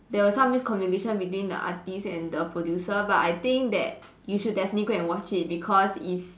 there was some miscommunication between the artist and the producer but I think that you should definitely go and watch it because is